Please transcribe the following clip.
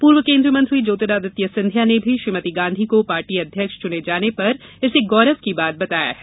पूर्व केन्द्रीय मंत्री ज्योतिरादित्य सिंधिया ने भी श्रीमति गांधी को पार्टी अध्यक्ष चुने जाने पर इसे गौरव की बात बताया है